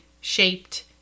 shaped